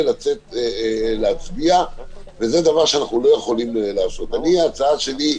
לצאת להצביע ואנחנו לא יכולים להרשות את זה.